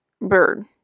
Bird